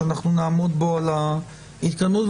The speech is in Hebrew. שנעמוד בו על ההתקדמות.